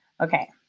Okay